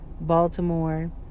Baltimore